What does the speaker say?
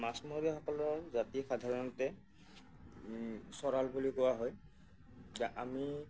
মাছমৰীয়াসকলৰ জাতিক সাধাৰণতে চৰাল বুলি কোৱা হয় আমি